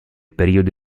periodo